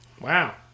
Wow